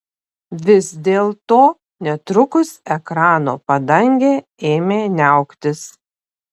vis dėlto netrukus ekrano padangė ėmė niauktis